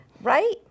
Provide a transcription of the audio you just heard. Right